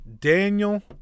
Daniel